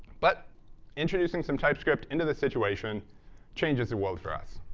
but introducing some typescript into the situation changes the world for us.